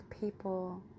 people